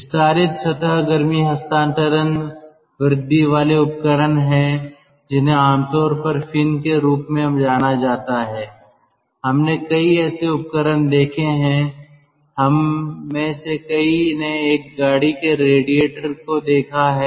विस्तारित सतह गर्मी हस्तांतरण वृद्धि वाले उपकरण हैं जिन्हें आमतौर पर फिन के रूप में जाना जाता है हमने कई ऐसे उपकरण देखे हैं हम में से कई ने एक गाड़ी के रेडिएटर को देखा है